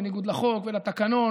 בניגוד לחוק ולתקנון,